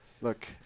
look